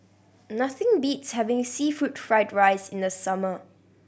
nothing beats having seafood fried rice in the summer